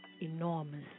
enormous